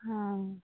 ହଁ